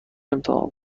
امتحان